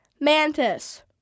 Mantis